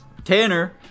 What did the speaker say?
Tanner